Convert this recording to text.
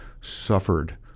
suffered